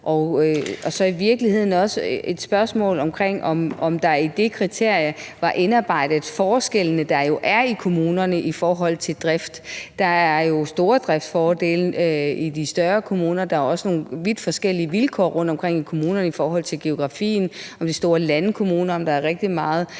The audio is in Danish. er det i virkeligheden også et spørgsmål om, om der i det kriterie var indarbejdet de forskelle, der jo er mellem kommunerne, i forhold til drift. Der er jo stordriftsfordele i de større kommuner, og der er også nogle vidt forskellige vilkår rundtomkring i kommunerne i forhold til geografien, og der er store landkommuner, og der kan være rigtig meget